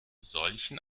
solchen